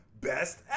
best